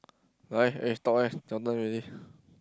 why eh talk leh your turn already